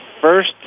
first